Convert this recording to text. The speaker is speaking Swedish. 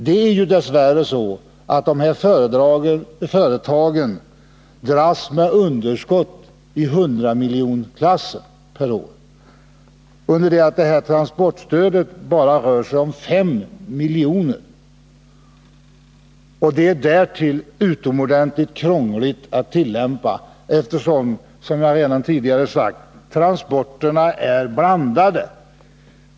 Det är ju dess värre så, att de här företagen dras med årsunderskott i hundramiljonersklassen, under det att transportstödet bara rör sig om 5 milj.kr. Dessutom är stödet utomordentligt krångligt att tillämpa, eftersom — som jag tidigare sagt — transporterna är blandade.